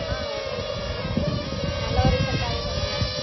ஆ ஓகேங்க சார் நல்ல ஒரு ரிசல்டாவே சொல்லுங்கள்